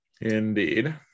Indeed